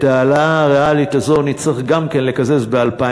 את ההעלאה הריאלית הזו נצטרך גם כן לקזז ב-2015,